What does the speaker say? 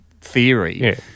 theory